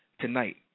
tonight